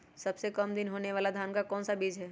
सबसे काम दिन होने वाला धान का कौन सा बीज हैँ?